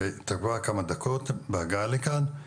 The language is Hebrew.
שהתעכבה כמה דקות בהגעה לכאן,